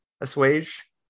assuage